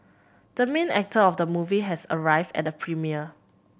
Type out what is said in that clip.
the main actor of the movie has arrived at the premiere